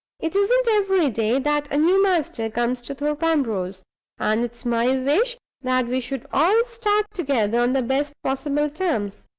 it isn't every day that a new master comes to thorpe ambrose and it's my wish that we should all start together on the best possible terms.